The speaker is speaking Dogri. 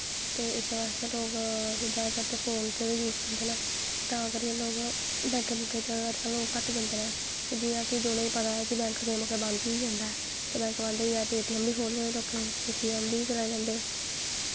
ते एह्दे बास्तै जादातर ते लोग फोन च गै यूस करदे नै तां करियै अज्ज कल्ल बैकैं वूैंकै च घट्ट जंदे नै के जि'यां केह् जि'नें गी पता ऐ कि बैंक किन्ने बजे बंद होई जंदा ऐ ते बैंक बंद होई जा ते ए टी ऐम्म बी खोले दे लोकैं ए टी ऐम्म बी चलाई लैंदे